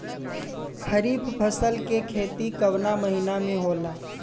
खरीफ फसल के खेती कवना महीना में होला?